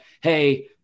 hey –